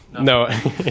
no